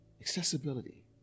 accessibility